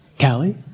Callie